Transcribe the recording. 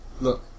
Look